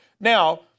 Now